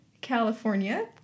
California